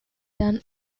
done